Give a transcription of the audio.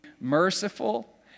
merciful